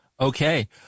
Okay